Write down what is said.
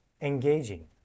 Engaging